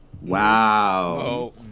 Wow